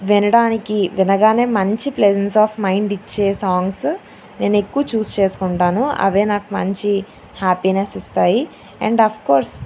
వినడానికి వినగానే మంచి ప్లెసెన్స్ ఆఫ్ మైండ్ ఇచ్చే సాంగ్స్ నేను ఎక్కువ చూస్ చేసుకుంటాను అవి నాకు మంచి హ్యాప్పీనెస్స్ ఇస్తాయి అండ్ అఫ్ కోర్స్